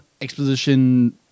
exposition